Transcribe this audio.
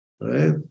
right